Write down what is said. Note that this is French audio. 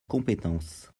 compétence